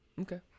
Okay